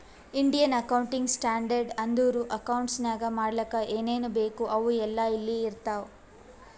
Indian accounting standard ಅಂದುರ್ accounts ನಾಗ್ ಮಾಡ್ಲಕ್ ಏನೇನ್ ಬೇಕು ಅವು ಎಲ್ಲಾ ಇಲ್ಲಿ ಇರ್ತಾವ